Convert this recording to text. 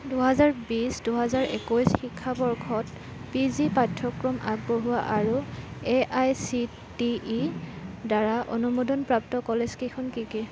দুহেজাৰ বিশ দুহেজাৰ একৈছ শিক্ষাবৰ্ষত পি জি পাঠ্যক্ৰম আগবঢ়োৱা আৰু A I C T E ৰ দ্বাৰা অনুমোদন প্ৰাপ্ত কলেজকেইখন কি কি